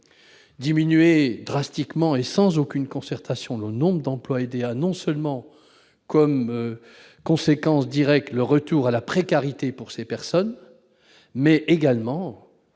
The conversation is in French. Diminuer drastiquement et sans aucune concertation le nombre d'emplois aidés a non seulement comme conséquence directe le retour à la précarité pour les personnes concernées,